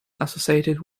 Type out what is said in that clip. associated